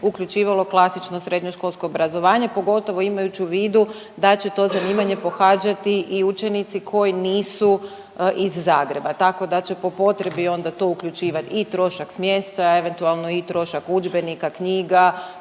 uključivalo klasično srednjoškolsko obrazovanje pogotovo imajući u vidu da će to zanimanje pohađati i učenici koji nisu iz Zagreba, tako da će po potrebi onda to uključivati i trošak smještaja eventualno i trošak udžbenika, knjiga,